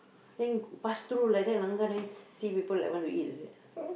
then pass through like that langgar then see people like want to eat like that